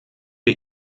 wir